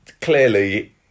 clearly